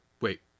wait